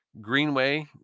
Greenway